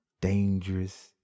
dangerous